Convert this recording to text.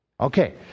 Okay